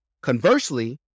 Conversely